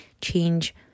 change